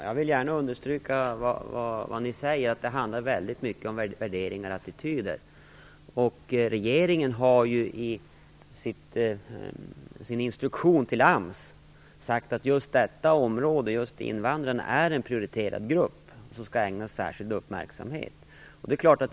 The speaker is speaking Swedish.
Fru talman! Jag vill understryka att det till stor del handlar om värderingar och attityder. Regeringen har i sin instruktion till AMS sagt att invandrarna är en prioriterad grupp som skall ägnas särskild uppmärksamhet.